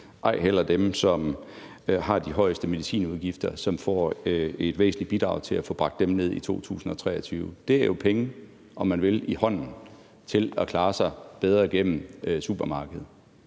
ej heller dem, som har de højeste medicinudgifter, og som får et væsentligt bidrag til at få bragt dem ned i 2023. Det er jo penge, om man vil, i hånden til at klare sig bedre igennem supermarkedet,